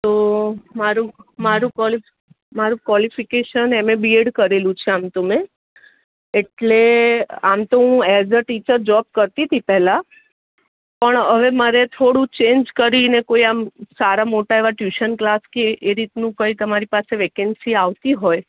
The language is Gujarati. તો મારું મારું કોલિ કોલિફિકેશન એમએ બીએડ કરેલું છે આમ તો મેં એટલે આમ તો મેં એઝ ટીચર મેં જોબ કરતી હતી પહેલાં પણ હવે મારે થોડું ચેન્જ કરીને કોઈ આમ સારા મોટા એવાં ટ્યૂશન કલાસ કે એ રીતનું કંઈ તમારી પાસે વેકન્સી આવતી હોય